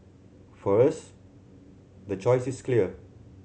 for us the choice is clear